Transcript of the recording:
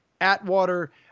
Atwater